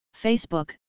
Facebook